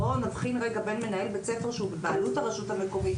בואו נבחין בין מנהל בית ספר שבבעלות הרשות המקומית,